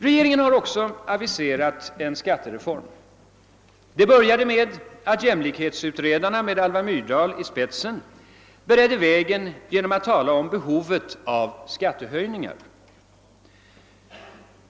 Regeringen har också aviserat en skattereform. Det började med att jämlikhetsutredarna med Alva Myrdal i spetsen beredde vägen genom att tala om behovet av skattehöjningar.